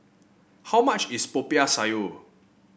how much is Popiah Sayur